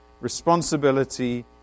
responsibility